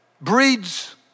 breeds